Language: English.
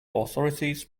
authorities